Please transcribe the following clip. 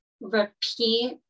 repeat